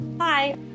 Hi